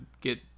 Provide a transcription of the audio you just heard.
get